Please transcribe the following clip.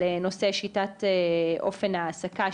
על נושא שיטת אופן העסקה,